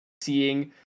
seeing